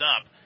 up